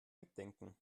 mitdenken